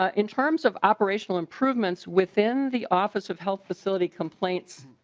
um in terms of operational improvements within the office of health facility complaints.